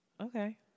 Okay